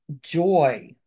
joy